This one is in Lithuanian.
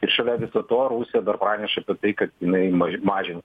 ir šalia viso to rusija dar pranešė apie tai kad jinai mažins